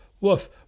woof